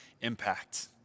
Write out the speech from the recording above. impact